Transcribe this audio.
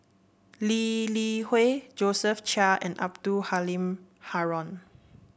Lee Li Hui Josephine Chia and Abdul Halim Haron